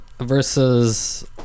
versus